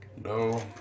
No